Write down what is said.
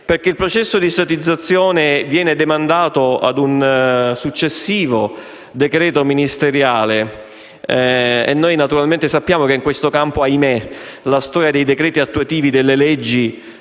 perché il processo di statizzazione viene demandato ad un successivo decreto ministeriale e noi, naturalmente, sappiamo che in questo campo - ahimè - la storia dei decreti attuativi delle leggi